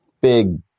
big